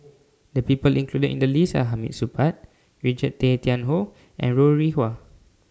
The People included in The list Are Hamid Supaat Richard Tay Tian Hoe and Ho Rih Hwa